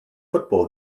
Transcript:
football